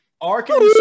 Arkansas